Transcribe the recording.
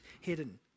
hidden